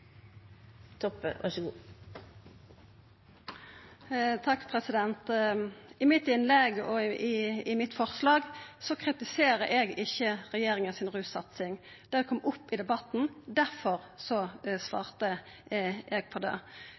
I innlegget og i forslaget mitt kritiserer eg ikkje russatsinga til regjeringa. Det kom opp i debatten. Difor svarte eg på det.